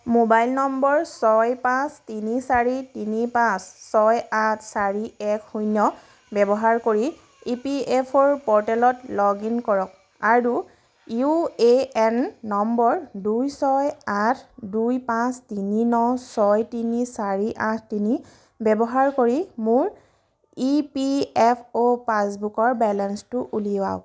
mobile number ছয় পাঁচ তিনি চাৰি তিনি পাঁচ ছয় আঠ চাৰি এক শূন্য ব্যৱহাৰ কৰি ই পি এফ অ'ৰ প'ৰ্টেলত লগ ইন কৰক আৰু ইউ এ এন নম্বৰ দুই ছয় আঠ দুই পাঁচ তিনি ন ছয় তিনি চাৰি আঠ তিনি ব্যৱহাৰ কৰি মোৰ ই পি এফ অ' পাছবুকৰ বেলেঞ্চটো উলিয়াওক